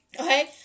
Okay